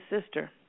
sister